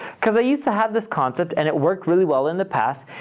because i used to have this concept and it worked really well in the past,